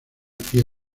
piel